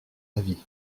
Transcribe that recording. avis